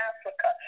Africa